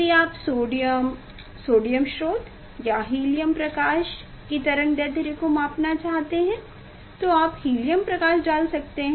यदि आप sodium sodium स्रोत या हीलियम प्रकाश की तरंग दैर्ध्य को मापना चाहते हैं तो आप हीलियम प्रकाश डाल सकता है